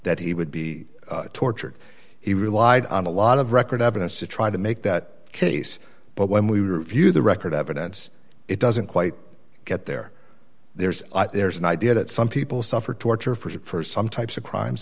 that he would be tortured he relied on a lot of record evidence to try to make that case but when we review the record evidence it doesn't quite get there there's there's an idea that some people suffer torture for some types of crimes